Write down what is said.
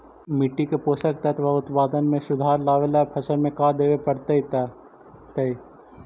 मिट्टी के पोषक तत्त्व और उत्पादन में सुधार लावे ला फसल में का देबे पड़तै तै?